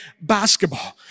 basketball